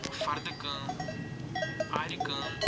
فردٕ کٲم آرِ کٲم